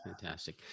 fantastic